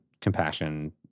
compassion